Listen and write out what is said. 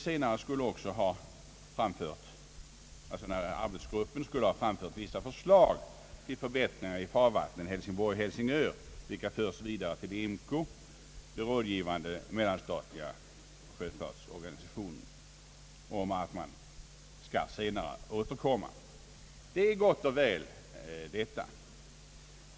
Gruppen skulle också ha framfört vissa förslag till förbättringar i farvattnet Hälsingborg—Helsingör — de förslagen har sänts vidare till IMCO, den rådgivande mellanstatliga sjöfartsorganisationen, och man skall senare återkomma. Detta är gott och väl.